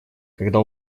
когда